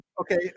Okay